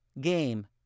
game